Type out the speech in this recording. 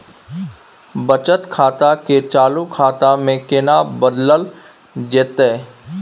बचत खाता के चालू खाता में केना बदलल जेतै?